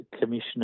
Commissioner